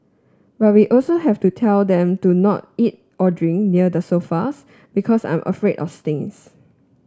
but we also have to tell them to not eat or drink near the sofas because I'm afraid of stains